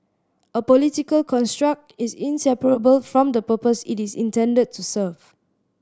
a political construct is inseparable from the purpose it is intended to serve